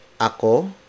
ako